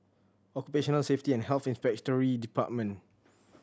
Occupational Safety and Health Inspectorate Department